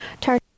Turn